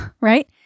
right